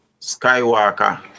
Skywalker